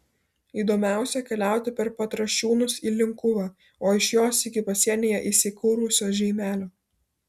įdomiausia keliauti per petrašiūnus į linkuvą o iš jos iki pasienyje įsikūrusio žeimelio